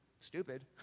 stupid